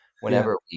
Whenever